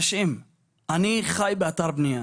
אני חי באתר בנייה,